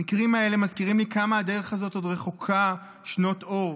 המקרים האלה מזכירים לי כמה הדרך הזו עוד רחוקה שנות אור,